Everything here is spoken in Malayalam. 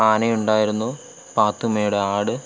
ആന ഉണ്ടായിരുന്നു പാത്തുമ്മയുടെ ആട്